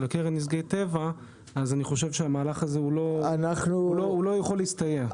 הקרן לנזקי טבע המהלך הזה לא יכול להסתייע.